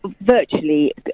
virtually